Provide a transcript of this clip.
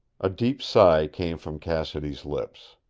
a deep sigh came from cassidy's lips.